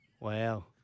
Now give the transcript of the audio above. Wow